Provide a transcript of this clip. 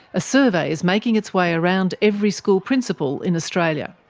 a survey is making its way around every school principal in australia.